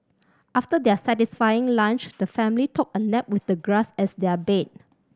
after their satisfying lunch the family took a nap with the grass as their bed